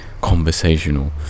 conversational